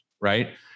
right